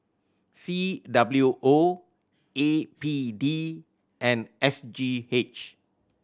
C W O A P D and S G H